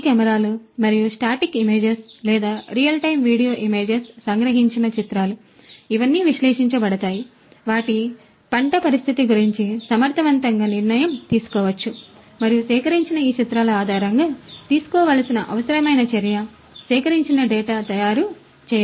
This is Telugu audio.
ఈ కెమెరాలు మరియు స్టాటిక్ ఇమేజెస్ లేదా రియల్ టైమ్ వీడియో ఇమేజెస్ సంగ్రహించిన చిత్రాలు ఇవన్నీ విశ్లేషించబడతాయి మరియు వాటి పంట పరిస్థితి గురించి సమర్థవంతంగా నిర్ణయం తీసుకోవచ్చు మరియు సేకరించిన ఈ చిత్రాల ఆధారంగా తీసుకోవలసిన అవసరమైన చర్య సేకరించిన డేటా తయారు చేయవచ్చు